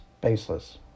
baseless